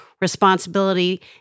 responsibility